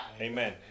Amen